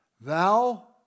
Thou